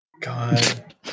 God